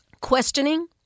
questioning